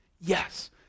Yes